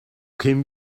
kämen